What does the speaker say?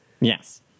Yes